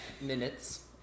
minutes